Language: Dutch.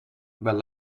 wel